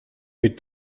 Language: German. mit